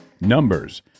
Numbers